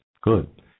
Good